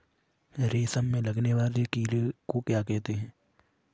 रेशम में लगने वाले कीड़े को क्या कहते हैं?